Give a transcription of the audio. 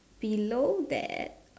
below that